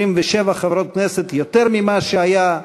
27 חברות כנסת, יותר ממה שהיה,